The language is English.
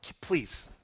please